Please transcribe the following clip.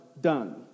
done